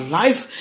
life